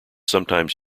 sometimes